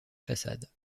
façade